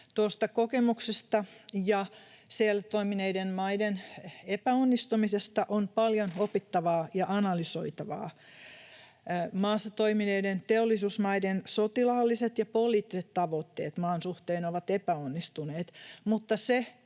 Tuosta kokemuksesta ja siellä toimineiden maiden epäonnistumisesta on paljon opittavaa ja analysoitavaa. Maassa toimineiden teollisuusmaiden sotilaalliset ja poliittiset tavoitteet maan suhteen ovat epäonnistuneet, mutta se,